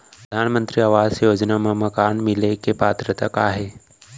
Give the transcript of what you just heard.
परधानमंतरी आवास योजना मा मकान मिले के पात्रता का हे?